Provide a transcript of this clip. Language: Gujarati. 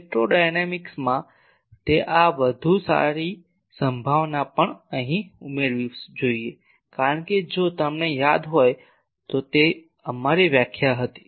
ઇલેક્ટ્રોડાયનેમિક્સમાં તે આ વધુ સારી સંભાવના પણ અહીં ઉમેરવી જોઈએ કારણ કે જો તમને યાદ હોય તો તે અમારી વ્યાખ્યા હતી